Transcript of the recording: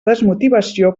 desmotivació